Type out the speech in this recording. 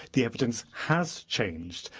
the evidence has changed.